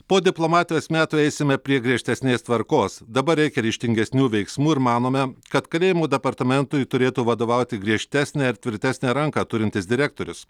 po diplomatijos metų eisime prie griežtesnės tvarkos dabar reikia ryžtingesnių veiksmų ir manome kad kalėjimų departamentui turėtų vadovauti griežtesnę ir tvirtesnę ranką turintis direktorius